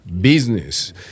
business